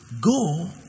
go